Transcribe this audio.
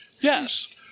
Yes